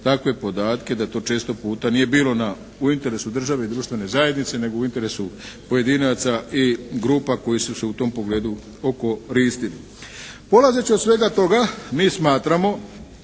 takve podatke da to često puta nije bilo u interesu države i društvene zajednice nego u interesu pojedinaca i grupa koje su se u tom pogledu okoristili. Polazeći od svega toga mi smatramo